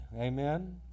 Amen